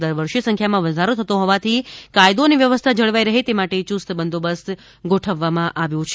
દર વર્ષે સંખ્યામાં વધારો થતો જતો હોવાથી કાયદો અને વ્યવસ્થા જળવાઈ તે માટે યુસ્ત બંદોબસ્ત પણ ગોઠવવામાં આવ્યો છે